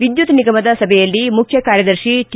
ವಿದ್ನುತ್ ನಿಗಮದ ಸಭೆಯಲ್ಲಿ ಮುಖ್ಯಕಾರ್ಯದರ್ತಿ ಟಿ